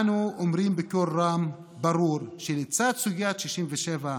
אנו אומרים בקול רם וברור שלצד סוגיית 67'